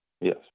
Yes